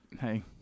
hey